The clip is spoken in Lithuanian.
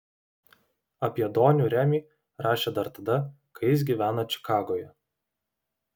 apie donių remį rašė dar tada kai jis gyveno čikagoje